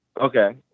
Okay